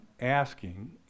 asking